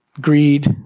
Greed